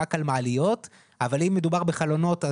רק על מעליות אבל אם מדובר בחלונות,